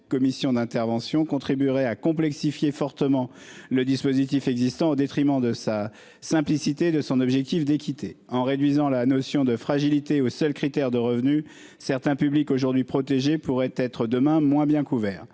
commissions d'intervention contribuerait à complexifier fortement le dispositif existant au détriment de sa simplicité de son objectif d'équité en réduisant la notion de fragilité au seul critère de revenus certains publics aujourd'hui protégés pourraient être demain moins bien couverts